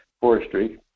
forestry